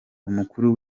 umukuru